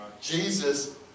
Jesus